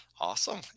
Awesome